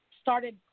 started